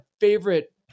favorite